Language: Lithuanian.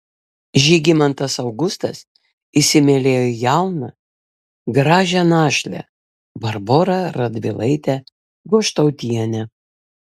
žygimantas augustas įsimylėjo jauną gražią našlę barborą radvilaitę goštautienę